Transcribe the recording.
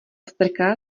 strká